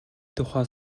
тухай